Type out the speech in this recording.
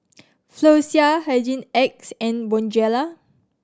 Floxia Hygin X and Bonjela